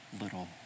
little